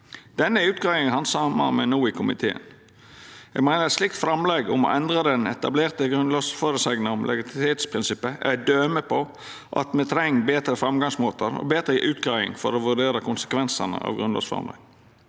Denne utgreiinga handsamar me no i komiteen. Eg meiner eit slikt framlegg om å endra den etablerte grunnlovsføresegna om legalitetsprinsippet er eit døme på at me treng betre framgangsmåtar og betre utgreiing for å vurdera konsekvensane av grunnlovsframlegg.